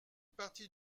partie